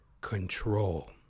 control